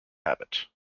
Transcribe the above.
habit